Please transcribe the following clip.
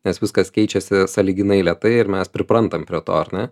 nes viskas keičiasi sąlyginai lėtai ir mes priprantam prie to ar ne